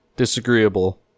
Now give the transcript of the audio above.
Disagreeable